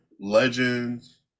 legends